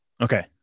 okay